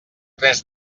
tres